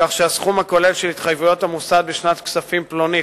כך שהסכום הכולל של התחייבויות המוסד בשנת כספים פלונית,